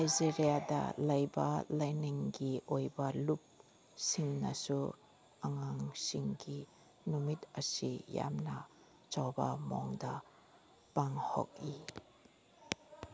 ꯅꯥꯏꯖꯔꯤꯌꯥꯗ ꯂꯩꯕ ꯂꯥꯏꯅꯤꯡꯒꯤ ꯑꯣꯏꯕ ꯂꯨꯞꯁꯤꯡꯅꯁꯨ ꯑꯉꯥꯡꯁꯤꯡꯒꯤ ꯅꯨꯃꯤꯠ ꯑꯁꯤ ꯌꯥꯝꯅ ꯆꯥꯎꯕ ꯃꯑꯣꯡꯗ ꯄꯥꯡꯊꯣꯛꯏ